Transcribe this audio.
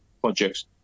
projects